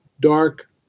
dark